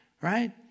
right